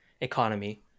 economy